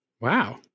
Wow